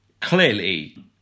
clearly